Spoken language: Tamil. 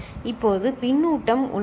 இப்போது பின்னூட்டம் உள்ளது